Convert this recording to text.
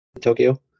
Tokyo